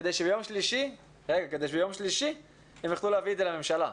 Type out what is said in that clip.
כדי שביום שלישי הם יוכלו להביא את זה לממשלה.